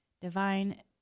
divine